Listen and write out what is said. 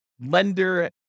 lender